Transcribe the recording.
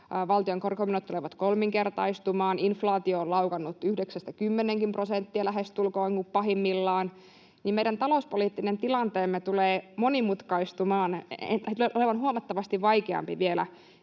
valtion korkomenot tulevat kolminkertaistumaan, inflaatio on laukannut yhdeksästä kymmeneenkin prosenttiin lähestulkoon pahimmillaan, niin meidän talouspoliittinen tilanteemme tulee monimutkaistumaan, on aivan huomattavasti vaikeampi vielä